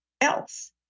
else